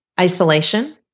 isolation